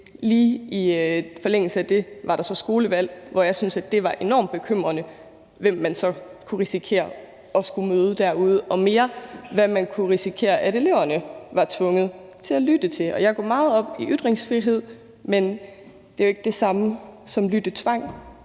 Lige i forlængelse af det var der så skolevalg, hvor jeg syntes, det var enormt bekymrende, hvem man så kunne risikere at skulle møde derude, og mere, hvad man kunne risikere at eleverne var tvunget til at lytte til. Jeg går meget op i ytringsfrihed, men det er jo ikke det samme som lyttetvang,